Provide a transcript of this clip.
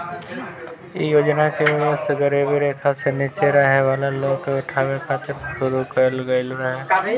इ योजना के उद्देश गरीबी रेखा से नीचे रहे वाला लोग के उठावे खातिर शुरू कईल गईल रहे